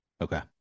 Okay